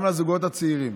גם לזוגות הצעירים,